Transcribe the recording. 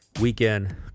weekend